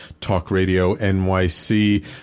talkradio.nyc